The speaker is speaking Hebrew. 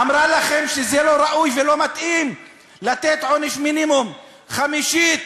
אמרה לכם שזה לא ראוי ולא מתאים לתת עונש מינימום של חמישית